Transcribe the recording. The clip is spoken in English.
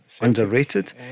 Underrated